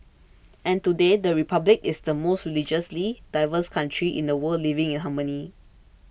and today the Republic is the most religiously diverse country in the world living in harmony